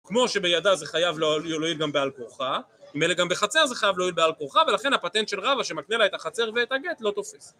כמו שבידה זה חייב להיות גם בעל כורחה, ממילא גם בחצר זה חייב להיות בעל כורחה, ולכן הפטנט של רבה שמקנה לה את החצר ואת הגט לא תופס.